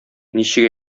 ничек